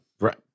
Right